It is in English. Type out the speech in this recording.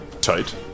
tight